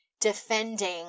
defending